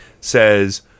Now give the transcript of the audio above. says